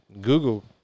Google